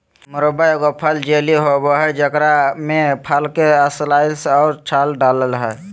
मुरब्बा एगो फल जेली होबय हइ जेकरा में फल के स्लाइस और छाल डालय हइ